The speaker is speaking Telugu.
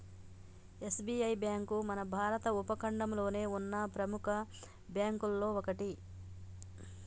ఎస్.బి.ఐ బ్యేంకు మన భారత ఉపఖండంలోనే ఉన్న ప్రెముఖ బ్యేంకుల్లో ఒకటి